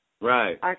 Right